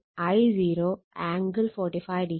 707 I0 angle 45°